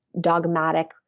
dogmatic